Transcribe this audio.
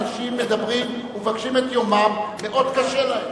אנשים מדברים ומבקשים את יומם, מאוד קשה להם.